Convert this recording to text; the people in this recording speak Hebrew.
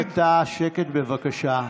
הכנסת טאהא, שקט, בבקשה.